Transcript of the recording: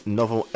nową